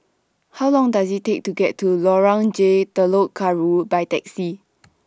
How Long Does IT Take to get to Lorong J Telok Kurau By Taxi